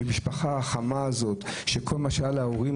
למשפחה החמה הזאת שכל מה שהיה להורים